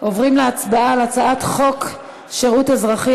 עוברים להצבעה על הצעת חוק שירות אזרחי,